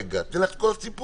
אני אתן לך את כל הסיפור,